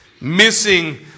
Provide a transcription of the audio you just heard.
Missing